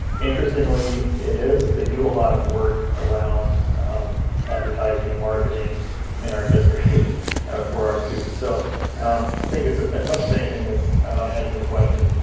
interestingly it is. they do a lot of work around advertising and marketing in our district for our students, so i think as much as anything, it's about answering the question.